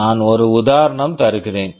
நான் ஒரு உதாரணம் தருகிறேன்